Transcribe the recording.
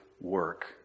work